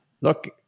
look